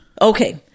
Okay